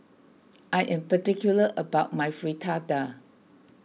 I am particular about my Fritada